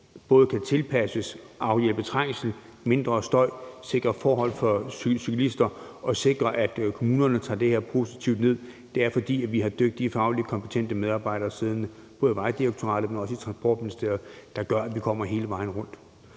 både kan tilpasses, afhjælpe trængsel, give mindre støj og skabe sikre forhold for cyklister og sikre, at kommunerne tager det her positivt ned, er, at vi har dygtige, fagligt kompetente medarbejdere siddende i både Vejdirektoratet og i Transportministeriet, og det gør, at vi kommer hele vejen rundt,